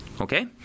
Okay